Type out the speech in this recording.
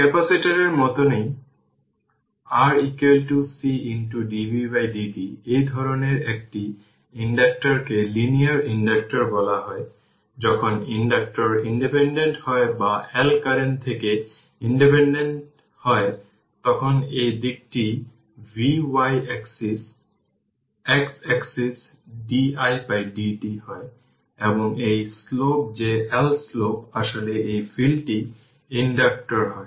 ক্যাপাসিটরের মতই R C dvdt এই ধরনের একটি ইন্ডাকটর কে লিনিয়ার ইনডাক্টর বলা হয় যখন ইন্ডাকটর ইন্ডিপেন্ডেন্ট হয় বা L কারেন্ট থেকে ইন্ডিপেন্ডেন্ট হয় তখন এই দিকটি vy axis x axis didt হয় এবং এই স্লোপ যে L স্লোপ আসলে এই ফিল্ডটি ইন্ডাক্টর হয়